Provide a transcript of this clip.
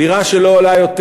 דירה שלא עולה יותר